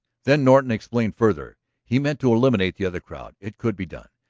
then norton explained further. he meant to eliminate the other crowd it could be done.